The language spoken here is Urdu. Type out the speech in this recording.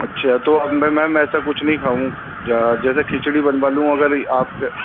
اچھا تو اب میں میم ایسا کچھ نہیں کھاؤں گا جیسے کھچڑی بنوا لوں اگر آپ سے